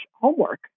homework